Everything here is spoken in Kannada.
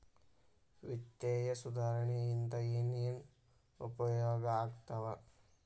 ವಿತ್ತೇಯ ಸುಧಾರಣೆ ಇಂದ ಏನೇನ್ ಉಪಯೋಗ ಆಗ್ತಾವ